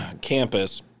campus